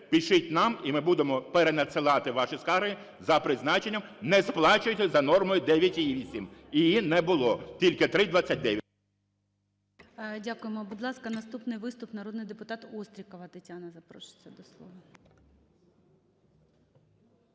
пишіть нам - і ми будемо перенадсилати ваші скарги за призначенням. Не сплачуйте за нормою 9,8, її не було, тільки 3,29. ГОЛОВУЮЧИЙ. Дякуємо. Будь ласка, наступний виступ. Народний депутат Острікова Тетяна запрошується до слова.